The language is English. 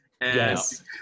Yes